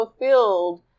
fulfilled